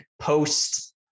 post